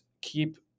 keep